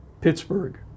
Pittsburgh